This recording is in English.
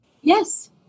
Yes